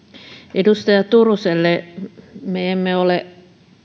edustaja turuselle me emme ole